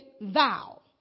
thou